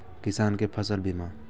किसान कै फसल बीमा?